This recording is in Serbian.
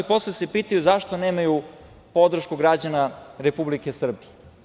Posle se pitaju zašto nemaju podršku građana Republike Srbije.